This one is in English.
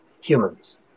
humans